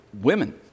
women